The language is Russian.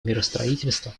миростроительства